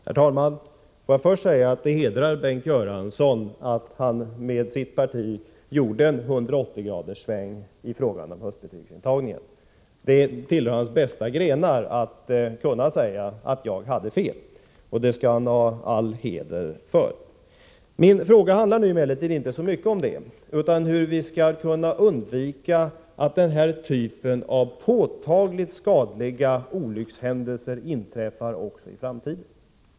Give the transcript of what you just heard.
Herr talman! Får jag först säga att det hedrar Bengt Göransson att han med sitt parti gjort en 180-graders sväng i frågan om höstbetygsintagningen. Att kunna medge att han hade fel är en av Bengt Göranssons bästa grenar, och den skall han ha all heder för. Min fråga handlar nu emellertid inte så mycket om det, utan om hur vi skall kunna undvika att den här typen av påtagligt skadliga olyckshändelser inträffar också i framtiden.